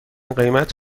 قیمت